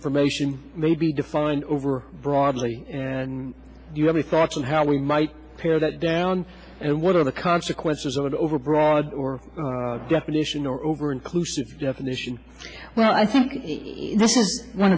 information may be defined over broadly and you have a thought on how we might pare that down and what are the consequences of it overbroad or definition or over inclusive definition well i think